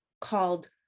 called